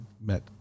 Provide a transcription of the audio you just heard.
met